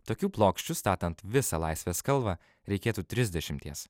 tokių plokščių statant visą laisvės kalvą reikėtų trisdešimties